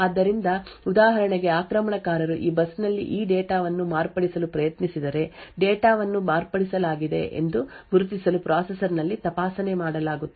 ಆದ್ದರಿಂದ ಉದಾಹರಣೆಗೆ ಆಕ್ರಮಣಕಾರರು ಈ ಬಸ್ನಲ್ಲಿ ಈ ಡೇಟಾವನ್ನು ಮಾರ್ಪಡಿಸಲು ಪ್ರಯತ್ನಿಸಿದರೆ ಡೇಟಾವನ್ನು ಮಾರ್ಪಡಿಸಲಾಗಿದೆ ಎಂದು ಗುರುತಿಸಲು ಪ್ರೊಸೆಸರ್ನಲ್ಲಿ ತಪಾಸಣೆ ಮಾಡಲಾಗುತ್ತದೆ ಮತ್ತು ವಿನಾಯಿತಿಯನ್ನು ಎಸೆಯುತ್ತದೆ